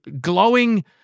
glowing